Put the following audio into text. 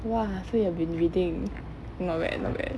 !wah! so you've been reading not bad not bad